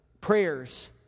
prayers